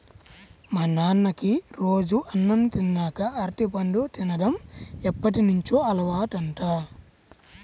మా నాన్నకి రోజూ అన్నం తిన్నాక అరటిపండు తిన్డం ఎప్పటినుంచో అలవాటంట